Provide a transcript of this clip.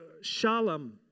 Shalom